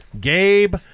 Gabe